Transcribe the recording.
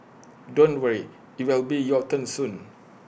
don't worry IT will be your turn soon